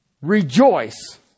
rejoice